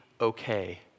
okay